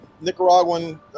Nicaraguan